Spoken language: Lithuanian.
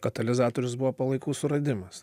katalizatorius buvo palaikų suradimas